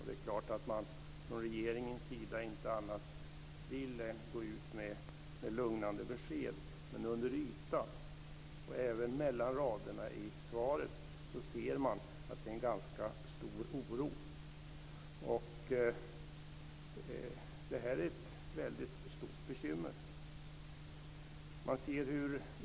Det är klart att regeringen inte vill något annat än att gå ut med lugnande besked. Men under ytan och även mellan raderna i svaret märker man att det finns en ganska stor oro. Detta är ett väldigt stort bekymmer.